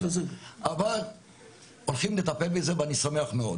אבל הולכים לטפל בזה ואני שמח מאוד.